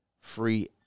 free